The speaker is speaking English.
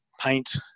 paint